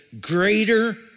greater